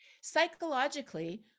psychologically